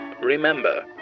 remember